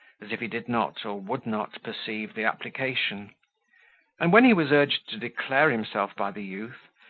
as if he did not or would not perceive the application and when he was urged to declare himself by the youth,